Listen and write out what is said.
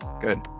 Good